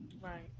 Right